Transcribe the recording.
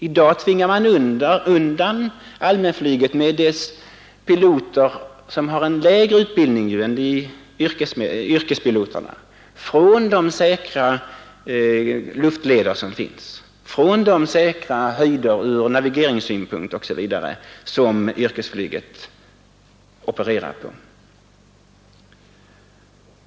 I dag tvingar man undan allmänflyget med dess piloter, som har en lägre utbildning än yrkespiloterna, från de säkra luftleder som finns, från de ur navigeringssynpunkt säkra höjder som yrkesflyget opererar på.